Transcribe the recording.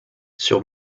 sur